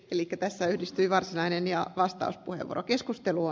eli tässä yhdistyy varsinainen ja vastauspuheenvuoro keskustelua